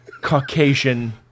Caucasian